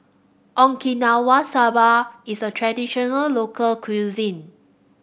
Okinawa Soba is a traditional local cuisine